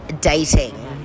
dating